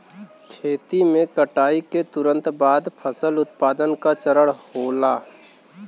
खेती में कटाई के तुरंत बाद फसल उत्पादन का चरण होला